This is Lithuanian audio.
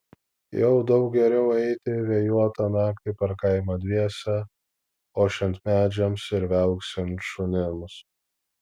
jau daug geriau eiti vėjuotą naktį per kaimą dviese ošiant medžiams ir viauksint šunims